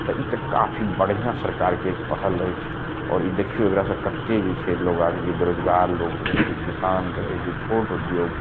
तऽ ई तऽ काफी बढ़िऑं सरकारके पहल अछि आओर ई देखियौ एकरा सऽ कतेक जे छै लोग आगे जे बेरोजगार लोग रहै जे किसान रहै जे छोट उद्योग